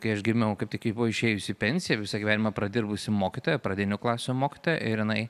kai aš gimiau kaip tik ji buvo išėjusi į pensiją visą gyvenimą pradirbusi mokytoja pradinių klasių mokytoja ir jinai